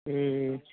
ए